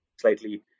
slightly